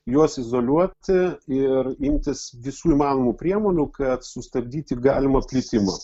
juos izoliuoti ir imtis visų įmanomų priemonių kad sustabdyti galimą plitimą